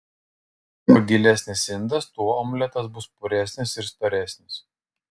kuo gilesnis indas tuo omletas bus puresnis ir storesnis